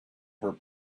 her